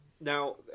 Now